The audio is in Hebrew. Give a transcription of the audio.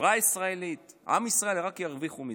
החברה הישראלית, עם ישראל, רק ירוויחו מזה,